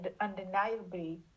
undeniably